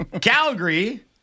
Calgary